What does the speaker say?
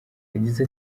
yagize